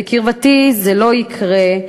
בקרבתי זה לא יקרה,